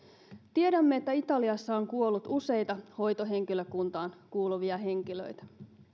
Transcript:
tiedämme että italiassa on kuollut useita hoitohenkilökuntaan kuuluvia henkilöitä